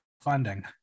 funding